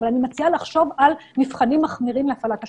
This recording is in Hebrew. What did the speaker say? אבל אני מציעה לחשוב על מבחנים מחמירים להפעלת השב"כ.